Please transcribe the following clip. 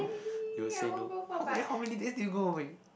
you would say no how many how many days did you go away